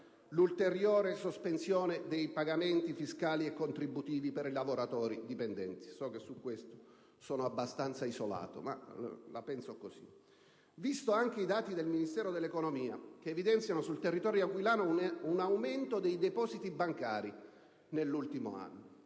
l'ulteriore sospensione dei pagamenti fiscali e contributivi per i lavoratori dipendenti - so che su questo argomento sono abbastanza isolato ma la penso così - visti anche i dati del Ministero dell'economia che evidenziano sul territorio aquilano un aumento dei depositi bancari nell'ultimo anno.